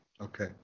Okay